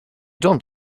don’t